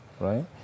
right